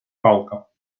палка